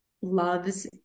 loves